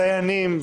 דיינים,